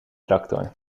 tractor